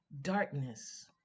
darkness